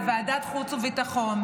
בוועדת החוץ והביטחון,